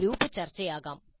അത് ഗ്രൂപ്പ് ചർച്ചയാകാം